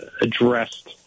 addressed